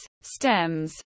stems